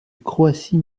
croatie